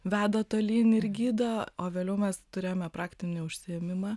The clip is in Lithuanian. veda tolyn ir gydo o vėliau mes turėjome praktinį užsiėmimą